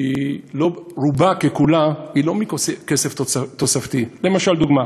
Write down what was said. רובה ככולה היא לא מכסף תוספתי, למשל, דוגמה: